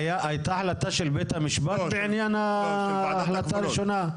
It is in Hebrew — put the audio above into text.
הייתה החלטה של בית המשפט בעניין ההחלטה הראשונה?